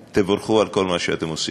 תבורכו על כל מה שאתם עושים.